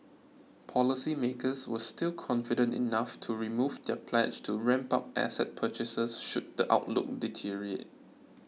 policy makers were still confident enough to remove their pledge to ramp up asset purchases should the outlook deteriorate